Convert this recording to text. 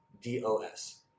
D-O-S